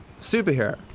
superhero